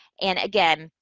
and, again,